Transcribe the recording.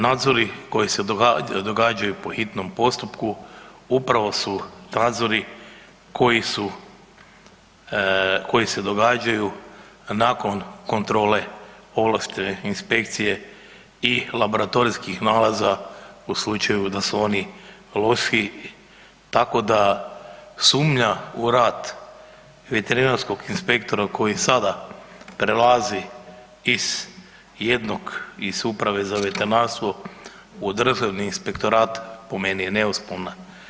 Nadzori koji se događaju po hitnom postupku upravo su nadzori koji se događaju nakon kontrole ovlaštene inspekcije i laboratorijskih nalaza u slučaju da su oni loši, tako da sumnja u rad veterinarskog inspektora koji sada prelazi iz jednog iz Uprave za veterinarstvo u Državni inspektorat po meni je neosporna.